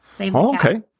Okay